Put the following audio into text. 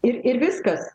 ir ir viskas